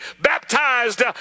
baptized